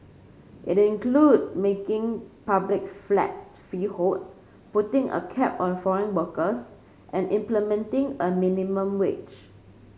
it includes making public flats freehold putting a cap on foreign workers and implementing a minimum wage